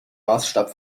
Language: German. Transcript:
maßstab